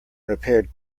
repaired